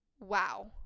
wow